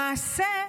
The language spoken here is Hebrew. למעשה,